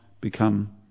become